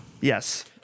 Yes